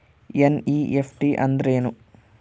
NEFT ಅಂದ್ರೆನು?